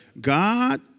God